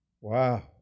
Wow